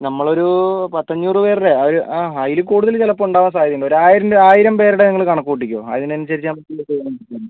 നമ്മൾ ഒരു പത്തഞ്ഞൂറ് പേരിടെ ആ ഒരു അതിൽ കൂടുതൽ ചിലപ്പം ഉണ്ടാവാൻ സാധ്യത ഉണ്ട് ഒരു ആയിരം രൂപ ആയിരം പേരുടെ നിങ്ങൾ കണക്ക് കൂട്ടിക്കോ അതിനനുസരിച്ച് നമുക്ക് ഇവിടെ പേയ്മെൻറ്റ് കൊടുക്കാം